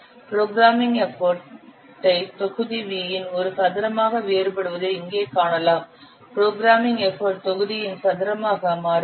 programming எஃபர்ட்டை தொகுதி V இன் ஒரு சதுரமாக வேறுபடுவதை இங்கே காணலாம் புரோகிராமிங் எஃபர்ட் தொகுதியின் சதுரமாக மாறுபடும்